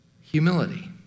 humility